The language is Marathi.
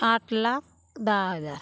आठ लाख दहा हजार